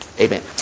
Amen